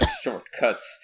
shortcuts